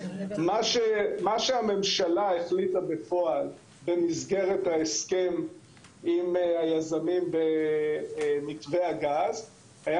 מה שהממשלה החליטה בפועל במסגרת ההסכם עם היזמים במתווה הגז היה